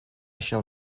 shall